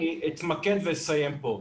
אני אתמקד ואסיים פה.